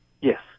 Yes